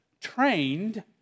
trained